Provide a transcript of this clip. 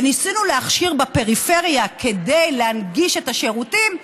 וניסינו להכשיר בפריפריה, כדי להנגיש את השירותים,